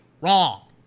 Wrong